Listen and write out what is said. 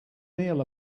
neal